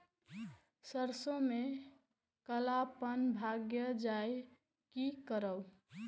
सरसों में कालापन भाय जाय इ कि करब?